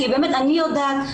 באמת אני יודעת,